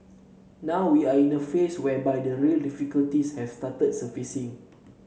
now we are in a phase whereby the real difficulties have started surfacing